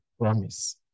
promise